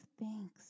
thanks